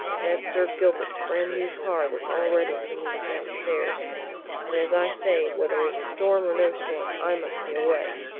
that's sir gilbert's brand-new car that's all ready for me down the stairs and as i say, whether it's storm or no storm, i must be away.